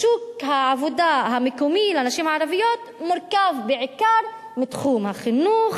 שוק העבודה המקומי לנשים הערביות מורכב בעיקר מתחום החינוך,